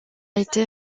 été